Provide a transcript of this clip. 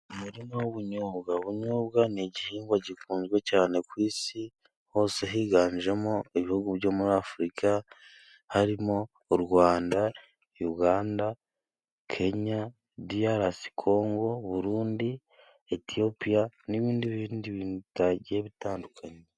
Umirima w'ubunyobwa. Ubunyobwa ni igihingwa gikunzwe cyane ku isi hose, higanjemo ibihugu byo muri Afurika harimo u Rwanda, Uganda, Kenya, Diyarasi Kongo, Burundi, Etiyopiya n'ibindi bindi bigiye bitandukanye.